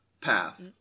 path